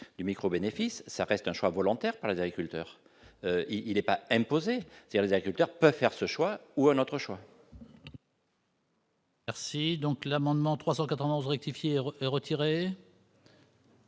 Du micro bénéfice, ça reste un choix volontaire par les aviculteurs il est pas imposée, c'est-à-dire les acteurs peuvent faire ce choix ou un autre choix. Merci donc l'amendement 380 vrai qui fiére est retiré.